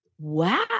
Wow